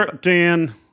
Dan